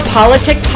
politic